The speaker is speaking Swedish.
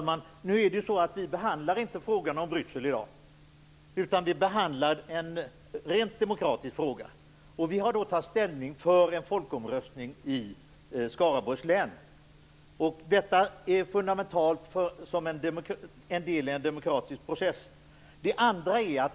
Herr talman! Vi behandlar inte frågan om Bryssel i dag. Vi behandlar en rent demokratisk fråga. Vi har då att ta ställning för en folkomröstning i Skaraborgs län. Detta är en fundamental del i en demokratisk process.